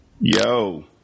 yo